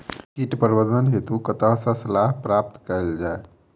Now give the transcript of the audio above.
कीट प्रबंधन हेतु कतह सऽ सलाह प्राप्त कैल जाय?